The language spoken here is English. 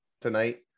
tonight